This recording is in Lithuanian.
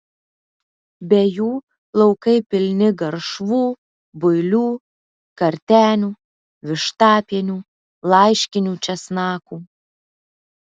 be jų laukai pilni garšvų builių kartenių vištapienių laiškinių česnakų